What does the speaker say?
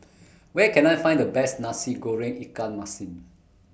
Where Can I Find The Best Nasi Goreng Ikan Masin